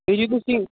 ਜੀ ਤੁਸੀਂ